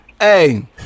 Hey